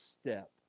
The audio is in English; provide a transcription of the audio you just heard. step